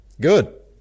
good